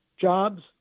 jobs